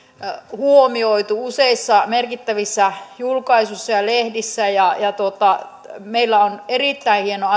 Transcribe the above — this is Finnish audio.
huomioitu useissa merkittävissä julkaisuissa ja lehdissä meillä on erittäin hieno